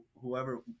whoever